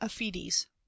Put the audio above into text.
aphides